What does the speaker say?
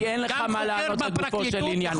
כי אין לך מה לענות לגופו של עניין.